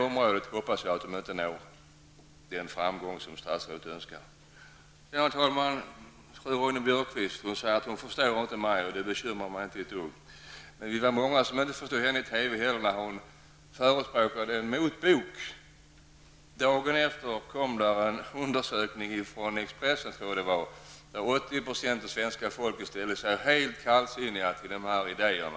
Jag hoppas att man inte når den framgång som statsrådet önskar på det här området. Herr talman! Fru Ronne-Björkqvist sade att hon inte förstår mig, men det bekymrar mig inte ett dugg. Vi var många som inte heller förstod Ingrid Ronne-Björkqvist när hon i TV förespråkade motbok. Dagen efter TV-framträdandet publicerades en undersökning i Expressen, som visade att 80 % av svenska folket ställde sig helt kallsinnigt till dessa idéer.